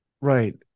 Right